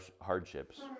hardships